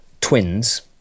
twins